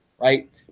right